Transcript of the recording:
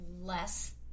less